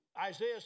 Isaiah